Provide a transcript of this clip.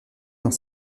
dans